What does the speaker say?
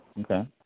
Okay